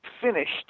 finished